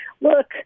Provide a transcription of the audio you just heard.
look